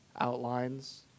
outlines